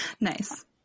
Nice